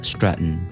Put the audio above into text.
Stratton